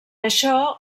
això